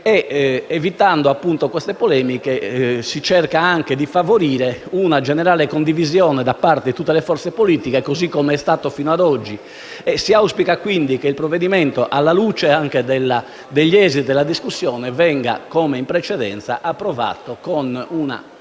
Evitando queste polemiche, si cerca anche di favorire una generale condivisione da parte di tutte le forze politiche, così com'è stato fino ad oggi. Si auspica quindi che il provvedimento, anche alla luce degli esiti della discussione, venga approvato, come in precedenza, con una